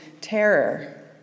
terror